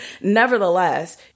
nevertheless